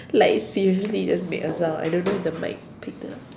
like seriously it just made a sound I don't know if the mic picked it up